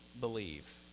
believe